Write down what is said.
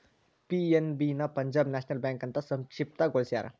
PNB ನ Punjab National Bank ಅಂತ ಸಂಕ್ಷಿಪ್ತ ಗೊಳಸ್ಯಾರ